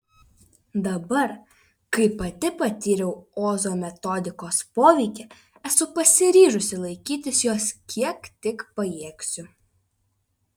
dabar kai pati patyriau ozo metodikos poveikį esu pasiryžusi laikytis jos kiek tik pajėgsiu